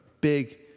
big